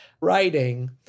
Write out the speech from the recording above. writing